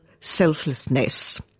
selflessness